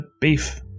beef